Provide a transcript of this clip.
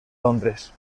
londres